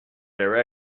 their